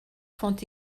font